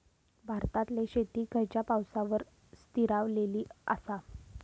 भारतातले शेती खयच्या पावसावर स्थिरावलेली आसा?